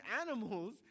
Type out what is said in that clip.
animals